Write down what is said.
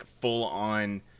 full-on